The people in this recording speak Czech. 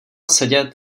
sedět